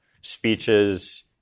speeches